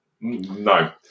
No